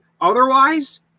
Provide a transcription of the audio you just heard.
otherwise